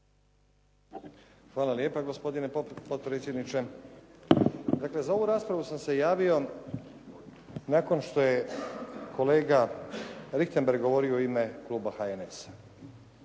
Hvala lijepa gospodine potpredsjedniče. Dakle za ovu raspravu sam se javio nakon što je kolega Richembergh govorio u ime kluba HNS-a.